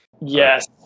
Yes